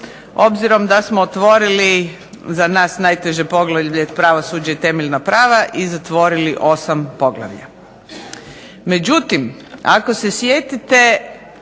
obzirom da smo otvorili za nas najteže Poglavlje – Pravosuđe i temeljna prava i zatvorili 8 poglavlja.